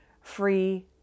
free